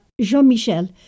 Jean-Michel